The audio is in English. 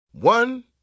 One